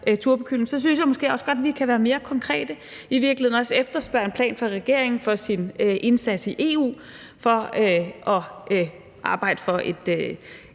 turbokyllingen – at vi kan være mere konkrete og i virkeligheden også efterspørge en plan fra regeringen i forhold til dens indsats i EU for at arbejde for en